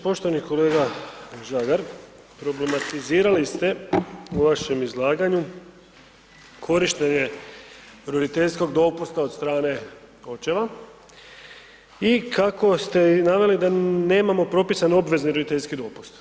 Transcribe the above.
Poštovani kolega Žagar, problematizirali ste u vašem izlaganju korištenje roditeljskog dopusta od strane očeva i kako ste naveli da nemamo propisani obvezni roditeljski dopust.